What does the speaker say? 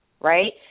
Right